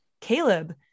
Caleb